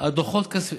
שזה כבר בתוקף.